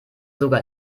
sogar